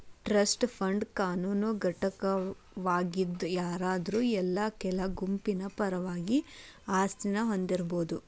trust fund ಕಾನೂನು ಘಟಕವಾಗಿದ್ ಯಾರಾದ್ರು ಇಲ್ಲಾ ಕೆಲ ಗುಂಪಿನ ಪರವಾಗಿ ಆಸ್ತಿನ ಹೊಂದಬೋದು